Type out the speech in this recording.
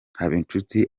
habinshuti